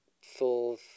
full